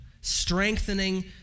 strengthening